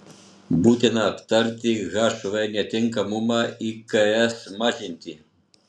būtina aptarti hv netinkamumą iks mažinti